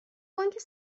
بانک